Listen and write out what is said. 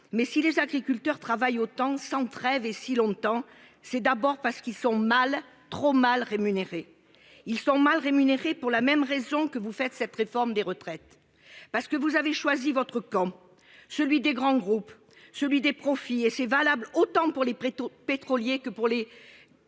mais si les agriculteurs travaillent autant sans trêve et si longtemps c'est d'abord parce qu'ils sont mal trop mal rémunérés. Ils sont mal rémunérés pour la même raison que vous faites cette réforme des retraites parce que vous avez choisi votre camp, celui des grands groupes, celui des profits et c'est valable autant pour les. Pétrolier que pour les.